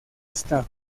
estado